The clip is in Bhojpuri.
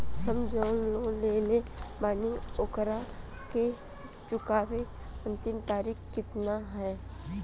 हम जवन लोन लेले बानी ओकरा के चुकावे अंतिम तारीख कितना हैं?